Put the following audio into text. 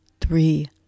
three